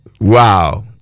Wow